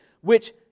Which